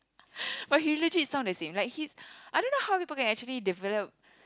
but he legit sounds the same like he I don't know how people can actually develop